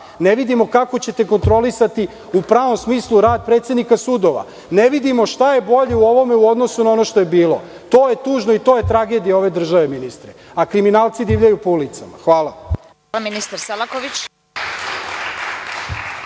ne vidimo kako ćete kontrolisati u pravom smislu rad predsednika sudova, ne vidimo šta je bolje u ovome u odnosu na ono što je bilo, to je tužno i to je tragedija ove države, ministre, a kriminalci divljaju po ulicama. Hvala. **Vesna Kovač**